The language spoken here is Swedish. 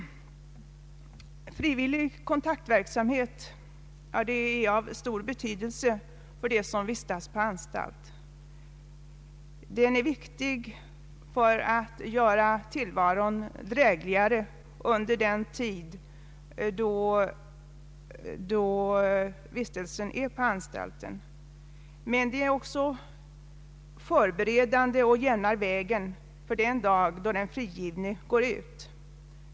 Frivillig kontaktverksamhet är av stor betydelse för dem som vistas på anstalt. Den är viktig för att göra tillvaron drägligare under den tid då den Anslag till kriminalvården, m.m. intagne vistas på anstalt, men den är också förberedande och jämnar vägen för den frigivne den dag då han kommer ut från anstalten.